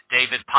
David